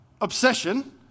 obsession